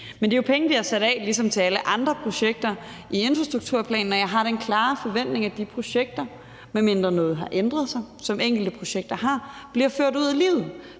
Men det er jo penge, vi har sat af ligesom til alle andre projekter i infrastrukturplanen, og jeg har den klare forventning, at de projekter, medmindre noget har ændret sig, som enkelte projekter har, bliver ført ud i livet,